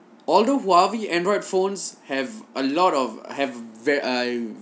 although huawei android phones have a lot of have very uh